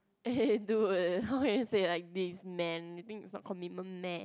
eh dude how can you say like this man you think it's not commitment meh